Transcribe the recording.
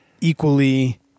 equally